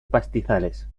pastizales